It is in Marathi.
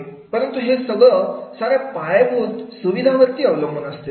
परंतु हे सगळं खूप सार्या पायाभूत सुविधा वरती अवलंबून असते